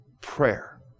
prayer